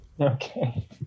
Okay